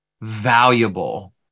valuable